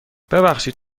ببخشید